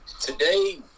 today